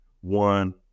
one